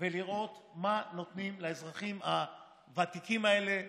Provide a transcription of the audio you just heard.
ולראות מה נותנים לאזרחים הוותיקים האלה,